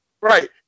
right